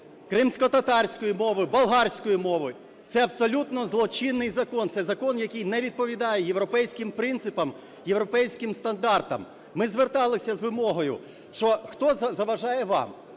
кримськотатарської мови, болгарської мови. Це абсолютно злочинний закон. Це закон, який не відповідає європейським принципам, європейським стандартам. Ми зверталися з вимогою, що, хто заважає вам,